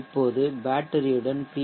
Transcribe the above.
இப்போது பேட்டரியுடன் பி